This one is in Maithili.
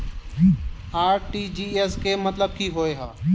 आर.टी.जी.एस केँ मतलब की होइ हय?